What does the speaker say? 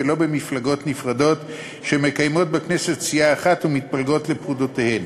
ולא במפלגות נפרדות שמקיימות בכנסת סיעה אחת ומתפלגות לפרודותיהן.